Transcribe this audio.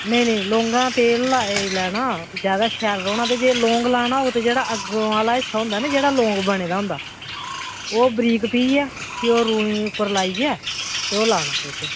नेईं नेईं लौंगें दा तेल लाई लैना जैदा शैल रौह्ना ते जे लौंग लाना होग ते जेह्ड़ा अग्गुआं आह्ला हिस्सा होंदा निं जेह्ड़ा लौंग बने दा होंदा ओह् बरीक पीह्यै फ्ही ओह् रुईं उप्पर लाइयै ते ओह् लाना बिच